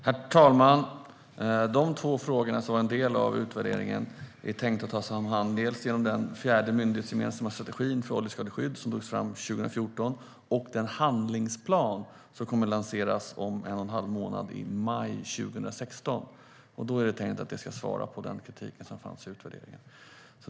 Herr talman! Dessa två frågor, som också ingick i utvärderingen, är tänkta att tas om hand dels genom den fjärde myndighetsgemensamma strategin för oljeskadeskydd, som togs fram 2014, dels genom den handlingsplan som kommer att lanseras om en och en halv månad, i maj 2016. Det är tänkt som svar på den kritik som fanns i utvärderingen.